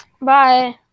bye